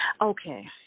Okay